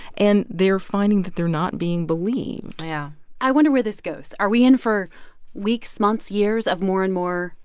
and they're finding that they're not being believed yeah i wonder where this goes. are we in for weeks, months, years of more and more,